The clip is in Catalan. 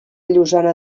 llosana